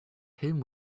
him